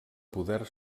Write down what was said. poder